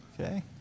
Okay